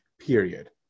period